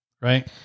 right